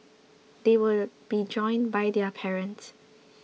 they will be joined by their parents